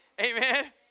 Amen